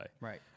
Right